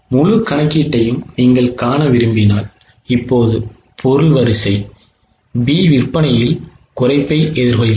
முழு கணக்கீட்டையும் நீங்கள் காண விரும்பினால் இப்போது பொருள் வரிசை B விற்பனையில் குறைப்பை எதிர்கொள்கிறது